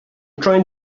trying